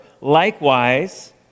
Likewise